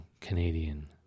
Canadian